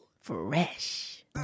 Fresh